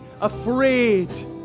afraid